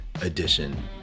edition